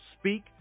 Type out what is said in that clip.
speak